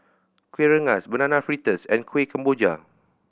Kueh Rengas Banana Fritters and Kuih Kemboja